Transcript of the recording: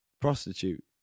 prostitute